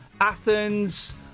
Athens